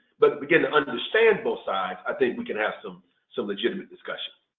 but begin to understand both sides, i think we can have some so legitimate discussion.